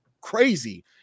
crazy